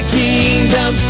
kingdom